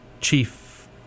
chief